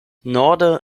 norde